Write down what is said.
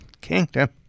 kingdom